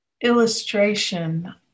illustration